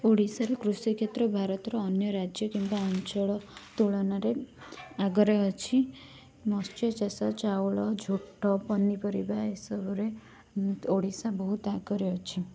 ଓଡ଼ିଶାର କୃଷିକ୍ଷେତ୍ର ଭାରତର ଅନ୍ୟ ରାଜ୍ୟ କିମ୍ବା ଅଞ୍ଚଳ ତୁଳନାରେ ଆଗରେ ଅଛି ମତ୍ସ୍ୟ ଚାଷ ଚାଉଳ ଝୋଟ ପନିପରିବା ଏସବୁରେ ଓଡ଼ିଶା ବହୁତ ଆଗରେ ଅଛି